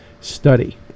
study